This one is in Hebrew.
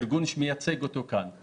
ארגון שמייצג אותו כאן,